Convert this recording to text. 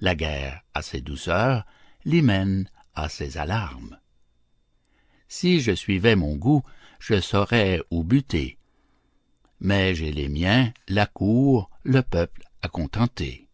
la guerre a ses douceurs l'hymen a ses alarmes si je suivais mon goût je saurais où buter mais j'ai les miens la cour le peuple à contenter